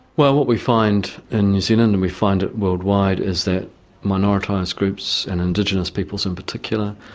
what what we find in new zealand and we find it worldwide is that minoritised groups and indigenous peoples in particular,